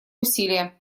усилия